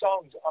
songs